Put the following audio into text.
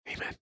Amen